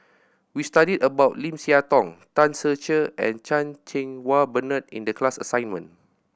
we studied about Lim Siah Tong Tan Ser Cher and Chan Cheng Wah Bernard in the class assignment